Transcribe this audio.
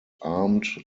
armed